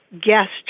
guest